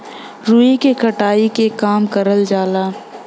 रुई के कटाई के काम करल जाला